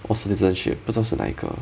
or citizenship 不知道是哪一个啊